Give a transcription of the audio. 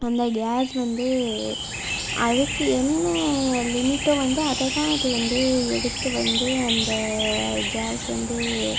அந்த கேஸ் வந்து அதற்கு என்ன லிமிட்டோ வந்து அதை தான் அது வந்து எடுத்து வந்து அந்த கேஸ் வந்து